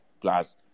Plus